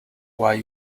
why